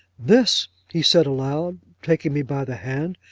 this, he said aloud, taking me by the hand,